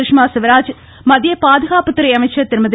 சுஷ்மா ஸ்வராஜ் மத்திய பாதுகாப்புத்துறை அமைச்சர் திருமதி